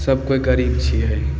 सब कोइ गरीब छियै